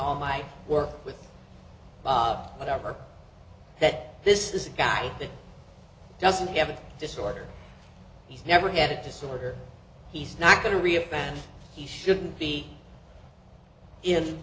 all my work with whatever that this is a guy that doesn't have a disorder he's never had a disorder he's not going to be a man he shouldn't be in